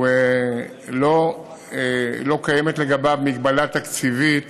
לא קיימת לגביו מגבלה תקציבית